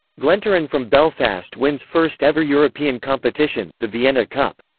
glentoran from belfast wins first ever european competition, the vienna cup.